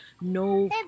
no